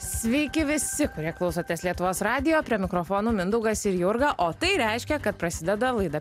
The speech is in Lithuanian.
sveiki visi kurie klausotės lietuvos radijo prie mikrofono mindaugas ir jurga o tai reiškia kad prasideda laida